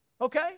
okay